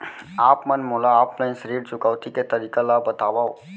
आप मन मोला ऑफलाइन ऋण चुकौती के तरीका ल बतावव?